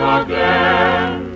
again